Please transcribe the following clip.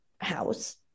house